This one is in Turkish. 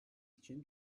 için